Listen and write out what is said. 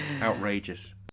outrageous